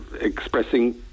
expressing